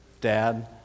dad